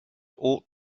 ought